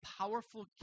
powerful